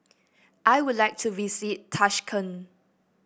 I would like to visit Tashkent